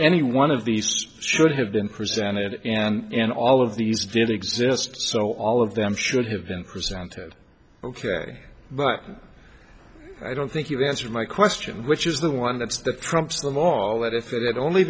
any one of these should have been presented and all of these didn't exist so all of them should have been presented ok but i don't think you answered my question which is the one that's the trumps the all that if it had only